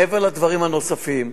מעבר לדברים הנוספים,